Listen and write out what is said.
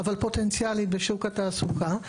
אבל פוטנציאלית בשוק התעסוקה.